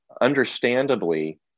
understandably